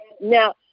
Now